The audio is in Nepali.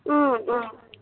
अँ अँ